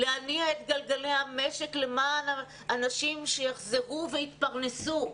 להניע את גלגלי המשק למען האנשים שיחזרו והתפרנסו.